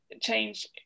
change